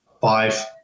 five